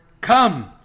Come